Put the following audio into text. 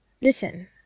listen